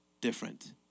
different